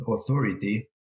authority